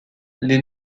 les